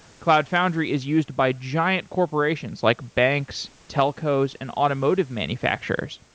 cloud foundry is used by giant corporations like banks, telcos and automotive manufacturers.